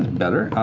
better,